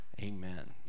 Amen